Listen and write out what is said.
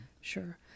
sure